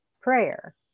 Prayer